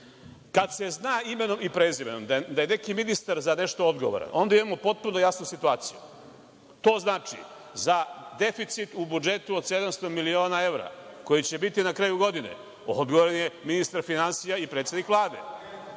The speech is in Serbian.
se zna imenom i prezimenom da je neki ministar za nešto odgovoran, onda imamo potpuno jasnu situaciju. To znači - za deficit u budžetu od 700 miliona evra, koji će biti na kraju godine, odgovoran je ministar finansija i predsednik Vlade.